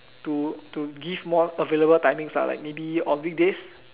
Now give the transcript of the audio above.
to to give more available timings lah like maybe on weekdays